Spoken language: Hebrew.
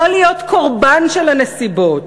לא להיות קורבן של הנסיבות